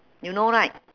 you know right